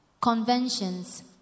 conventions